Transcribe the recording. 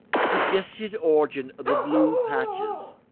suggested origin of the blue patches.